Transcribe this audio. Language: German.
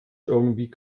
irgendwie